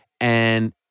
And-